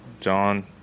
John –